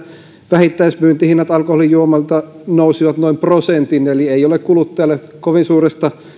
vähittäismyyntihinnat alkoholijuomalta nousisivat noin prosentin eli ei ole kuluttajalle kovin suuresta